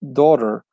daughter